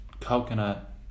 coconut